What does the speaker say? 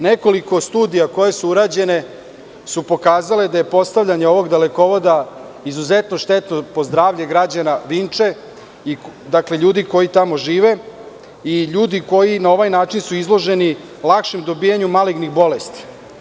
Nekoliko studija koje su urađene su pokazale da je postavljanje ovog dalekovoda izuzetno štetno po zdravlje građana Vinče, dakle ljudi koji tamo žive i ljudi su na ovaj način izloženi lakšem dobijanju malignih bolesti.